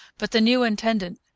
but the new intendant,